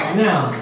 now